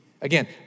Again